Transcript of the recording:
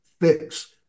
fix